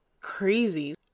crazy